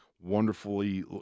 wonderfully